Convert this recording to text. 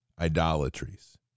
idolatries